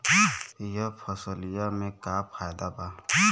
यह फसलिया में का फायदा बा?